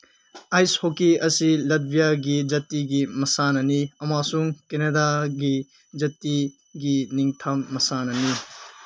ice hockey ꯑꯁꯤ ꯂꯠꯚꯤꯌꯥꯒꯤ ꯖꯥꯇꯤꯒꯤ ꯃꯁꯥꯟꯅꯅꯤ ꯑꯃꯁꯨꯡ ꯀꯦꯅꯥꯗꯥꯒꯤ ꯖꯥꯇꯤꯒꯤ ꯅꯤꯡꯊꯝ ꯃꯁꯥꯟꯅꯅꯤ